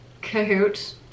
cahoots